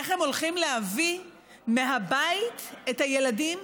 איך הם הולכים להביא מהבית את הילדים,